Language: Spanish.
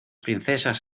princesas